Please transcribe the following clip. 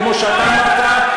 כמו שאתה אמרת,